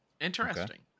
Interesting